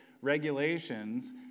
regulations